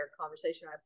conversation